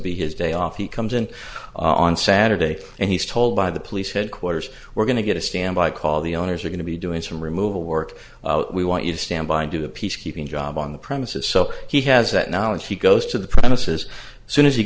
his day off he comes in on saturday and he's told by the police headquarters we're going to get a standby call the owners are going to be doing some removal work we want you to stand by do a peacekeeping job on the premises so he has that knowledge he goes to the premises soon as he